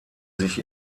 sich